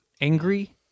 angry